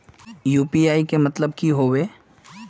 UPI के मतलब की होने?